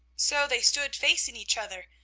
so they stood facing each other,